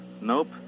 nope